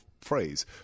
phrase